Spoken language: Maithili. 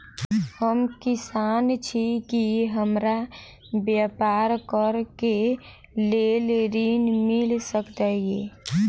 हम किसान छी की हमरा ब्यपार करऽ केँ लेल ऋण मिल सकैत ये?